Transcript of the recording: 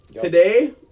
today